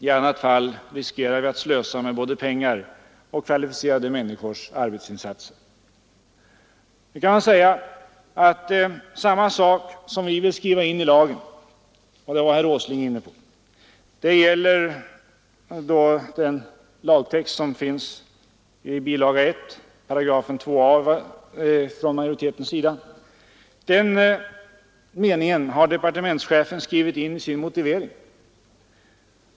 I annat fall riskerar vi att slösa med både pengar och kvalificerade människors arbetsinsatser. Nu kan man säga att samma sak som vi vill skriva in i lagen — det gäller då den lagtext som finns i paragrafen 2 a i utskottsmajoritetens förslag enligt bilaga 1 till betänkandet — har departementschefen skrivit in i sin motivering.